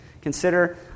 Consider